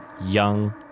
young